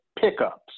pickups